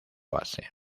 base